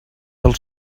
del